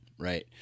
Right